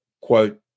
quote